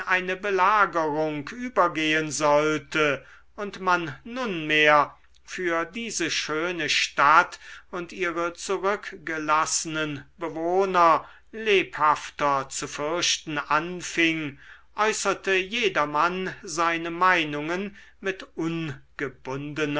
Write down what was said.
eine belagerung übergehen sollte und man nunmehr für diese schöne stadt und ihre zurückgelassenen bewohner lebhafter zu fürchten anfing äußerte jedermann seine meinungen mit ungebundener